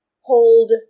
hold